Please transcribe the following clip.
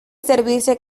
servirse